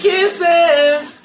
Kisses